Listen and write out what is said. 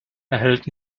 erhält